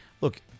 look